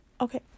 Okay